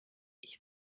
ich